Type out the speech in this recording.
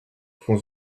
fonce